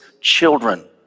children